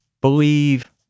believe